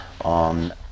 on